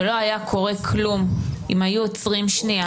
ולא היה קורה כלום אם היו עוצרים שנייה.